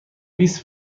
بیست